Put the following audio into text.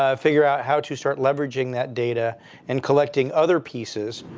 ah figure out how to start leveraging that data and collecting other pieces.